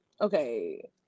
okay